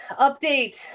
update